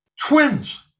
twins